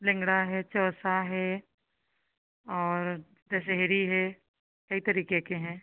लंगड़ा है चौंसा है और दशहरी है कई तरीके के हैं